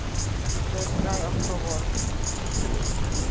ᱫᱚᱥᱨᱟᱭ October